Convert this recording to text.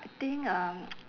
I think um